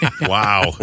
Wow